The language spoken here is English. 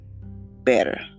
better